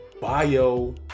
bio